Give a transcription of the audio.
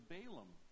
Balaam